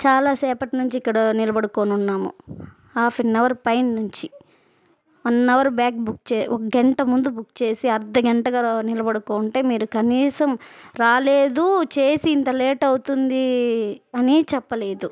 చాలా సేపటి నుంచి ఇక్కడ నిలబడుకోని ఉన్నాము హాఫ్ ఆన్ అవర్ పైన నుంచి వన్ హావర్ బ్యాక్ బుక్ చే ఒక గంట ముందు బుక్ చేసి అర్ద గంటగా నిలబడుకోని ఉంటే మీరు కనీసం రాలేదు చేసి ఇంత లేట్ అవుతుంది అని చెప్పలేదు